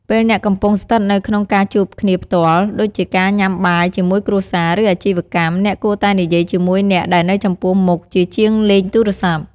ពេលអ្នកកំពុងស្ថិតនៅក្នុងការជួបគ្នាផ្ទាល់ ដូចជាការញុាំបាយជាមួយគ្រួសារ ឬ អាជីវកម្ម អ្នកគួរតែនិយាយជាមួយអ្នកដែលនៅចំពោះមុខជាជាងលេងទូរស័ព្ទ។